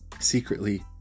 secretly